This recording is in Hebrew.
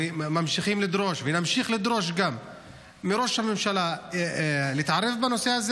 ממשיכים לדרוש ונמשיך לדרוש גם מראש הממשלה להתערב בנושא הזה.